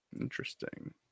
Interesting